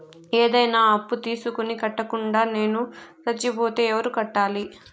ఏదైనా అప్పు తీసుకొని కట్టకుండా నేను సచ్చిపోతే ఎవరు కట్టాలి?